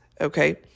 okay